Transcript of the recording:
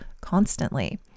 constantly